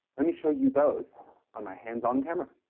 let me show you those on my hands-on camera.